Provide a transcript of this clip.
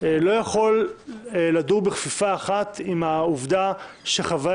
לא יכול לדור בכפיפה אחת עם העובדה שמונעים מחברי